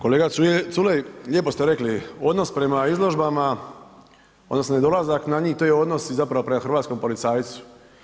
Kolega Culej, lijepo ste rekli, odnos prema izložbama odnosno nedolazak na njih, to je odnos i zapravo prema hrvatskom policajcu.